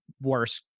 worse